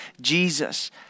Jesus